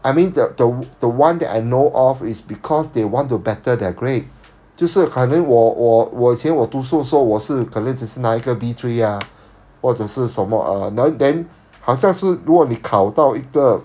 I mean the the the one that I know of is because they want to better their grade 就是可能我我我以前我读书的时候我是可能只是拿一个 B three ah 或者是什么 uh no then 好像是如果你考到一个